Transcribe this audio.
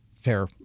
Fair